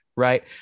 Right